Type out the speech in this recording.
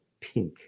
pink